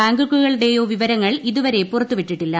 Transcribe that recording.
ബാങ്കുകളുടെയോ വിവരങ്ങൾ ഇതുവരെ പുറത്തുവിട്ടിട്ടില്ല